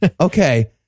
Okay